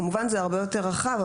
כמובן זה הרבה יותר רחב,